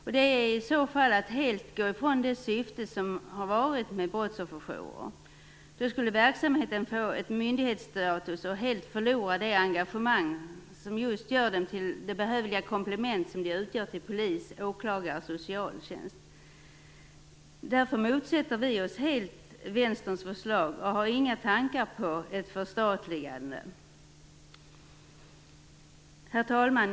Det innebär i så fall att man helt går ifrån det syfte som man har haft med brottsofferjourer. Då skulle verksamheten få en myndighetsstatus och helt förlora det engagemang som gör den till det behövliga komplement som den utgör till polis, åklagare och socialtjänst. Därför motsätter vi oss helt Vänsterpartiets förslag och har inga tankar på ett förstatligande. Herr talman!